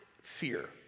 fear